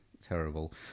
terrible